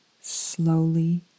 slowly